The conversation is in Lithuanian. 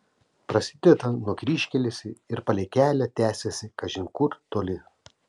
prasideda nuo kryžkelės ir palei kelią tęsiasi kažin kur toli